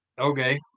okay